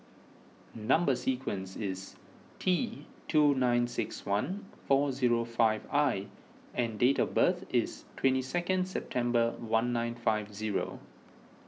Number Sequence is T two nine six one four zero five I and date of birth is twenty second September one nine five zero